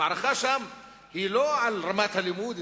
המערכה שם היא לא על רמת הלימוד,